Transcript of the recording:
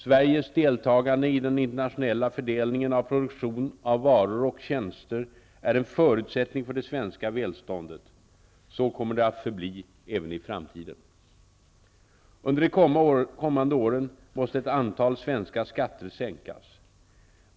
Sveriges deltagande i den internationella fördelningen av produktion av varor och tjänster är en förutsättning för det svenska välståndet. Så kommer det att förbli även i framtiden. Under de kommande åren måste ett antal svenska skatter sänkas.